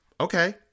okay